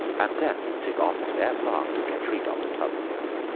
and then it took almost as long to get rid of the turpentine,